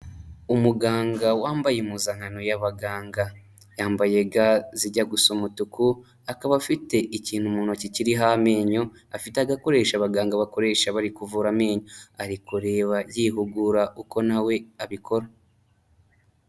Umuganga wambaye impuzankano y'abaganga, yambaye ga zijya gusa umutuku, akaba afite ikintu mu ntoki kiriho amenyo, afite agakoresha abaganga bakoresha bari kuvura amenyo, ari kureba yihugura uko na we abikora.